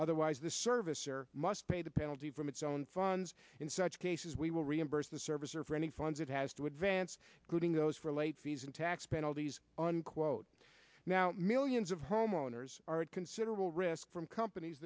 otherwise the servicer must pay the penalty from its own funds in such cases we will reimburse the service or for any funds it has to advance quoting those for late fees and tax penalties unquote now millions of homeowners are at considerable risk from companies